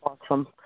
awesome